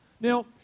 Now